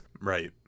right